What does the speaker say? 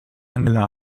angela